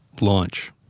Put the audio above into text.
Launch